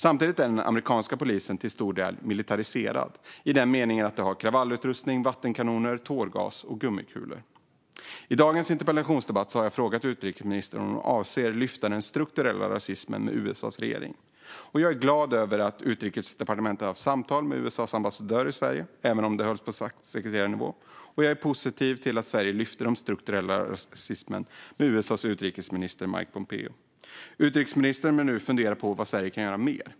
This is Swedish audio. Samtidigt är den amerikanska polisen till stor del militariserad i den meningen att de har kravallutrustning, vattenkanoner, tårgas och gummikulor. I dagens interpellation har jag frågat utrikesministern om hon avser att lyfta upp den strukturella rasismen med USA:s regering. Jag är glad över att Utrikesdepartementet har haft samtal med USA:s ambassadör i Sverige, även om det hölls på statssekreterarnivå. Jag är också positiv till att Sverige lyfte upp den strukturella rasismen med USA:s utrikesminister Mike Pompeo. Utrikesministern bör nu fundera kring vad Sverige kan göra mer.